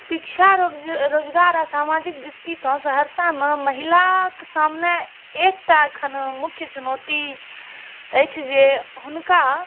शिक्षा रोग रोजगारके दृष्टिसँ सहरसामे महिलाक सामने एकटा एखन मुख्य चुनौती अछि जे हुनका